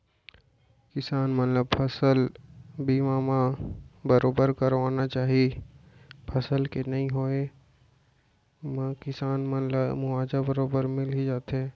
किसान मन ल फसल बीमा ल बरोबर करवाना चाही फसल के नइ होवब म किसान मन ला मुवाजा बरोबर मिल ही जाथे